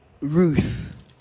Ruth